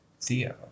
Theo